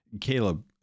Caleb